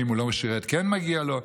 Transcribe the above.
ואם הוא לא שירת אז כן מגיע לו,